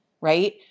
right